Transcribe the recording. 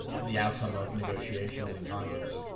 the outcome of negotiations in congress.